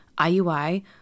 IUI